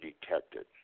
detected